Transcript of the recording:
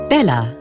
Bella